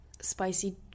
spicy